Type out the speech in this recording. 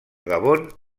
gabon